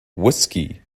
whiskey